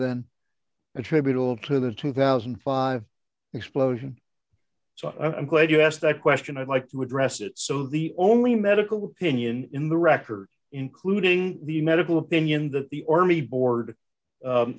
than attributable to the two thousand and five explosion so i'm glad you asked that question i'd like to address it so the only medical opinion in the record including the medical opinion that the army board